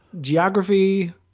Geography